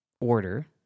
order